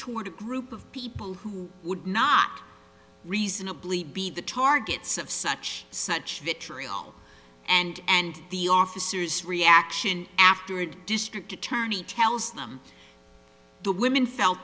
toward a group of people who would not reasonably be the targets of such such vitriol and and the officers reaction after a district attorney tells them the women felt